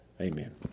Amen